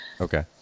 Okay